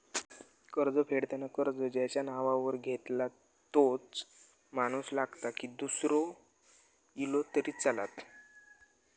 कर्ज फेडताना कर्ज ज्याच्या नावावर घेतला तोच माणूस लागता की दूसरो इलो तरी चलात?